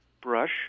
brush